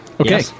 Okay